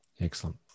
excellent